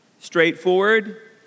straightforward